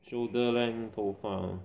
shoulder length 头发